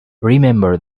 remember